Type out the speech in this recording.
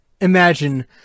imagine